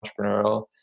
entrepreneurial